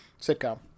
sitcom